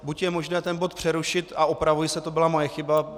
Buď je možné ten bod přerušit a opravuji se, to byla moje chyba.